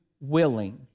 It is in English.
willing